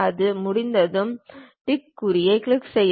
அது முடிந்ததும் டிக் குறியைக் கிளிக் செய்க